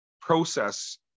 process